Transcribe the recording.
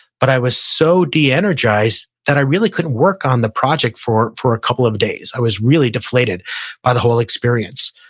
but i was so de-energized that i really couldn't work on the project for for a couple of days. i was really deflated by the whole experience.